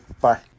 Bye